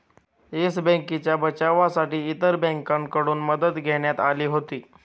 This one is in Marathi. येस बँकेच्या बचावासाठी इतर बँकांकडून मदत घेण्यात आली होती